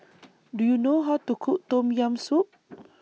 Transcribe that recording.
Do YOU know How to Cook Tom Yam Soup